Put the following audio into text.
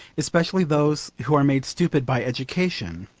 especially those who are made stupid by education